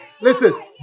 Listen